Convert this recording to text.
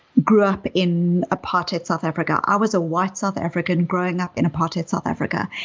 grew up in apartheid south africa. i was a white south african growing up in apartheid south africa.